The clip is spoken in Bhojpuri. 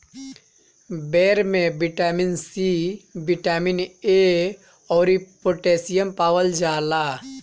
बेर में बिटामिन सी, बिटामिन ए अउरी पोटैशियम पावल जाला